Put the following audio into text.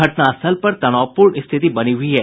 घटनास्थल पर तनावपूर्ण स्थिति बनी हुई है